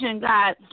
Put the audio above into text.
God